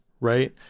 right